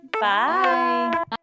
Bye